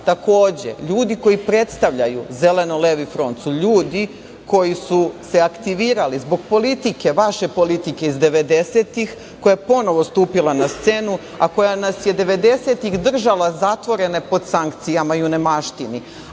ljudi koji predstavljaju Zeleno Levi front su ljudi koji su se aktivirali zbog vaše politike iz 90-tih koja je ponovo stupila na scenu, a koja nas je 90-tih držala zatvorene pod sankcijama i u neimaštini.